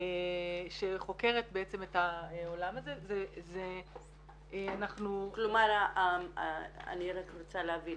שחוקרת את העולם הזה -- אני רק רוצה להבין